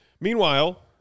Meanwhile